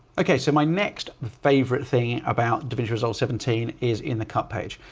okay, so my next favorite thing about davinci resolve seventeen is in the cut page.